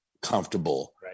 comfortable